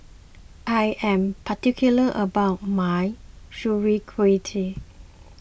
I am particular about my Sauerkrauty